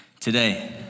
Today